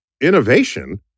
innovation